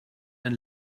and